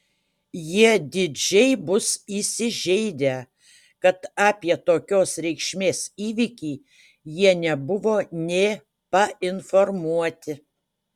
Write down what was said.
jie didžiai bus įsižeidę kad apie tokios reikšmės įvykį jie nebuvo nė painformuoti